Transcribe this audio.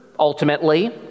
Ultimately